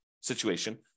situation